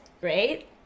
Great